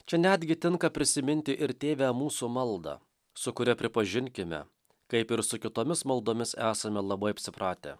čia netgi tinka prisiminti ir tėve mūsų maldą su kuria pripažinkime kaip ir su kitomis maldomis esame labai apsipratę